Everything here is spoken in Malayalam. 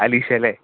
അലീഷ അല്ലേ